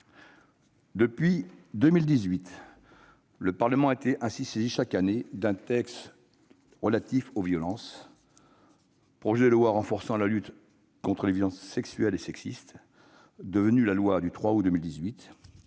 Depuis 2018, le Parlement a été saisi chaque année d'un texte relatif aux violences : projet de loi renforçant la lutte contre les violences sexuelles et sexistes, devenu la loi du 3 août 2018